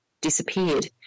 disappeared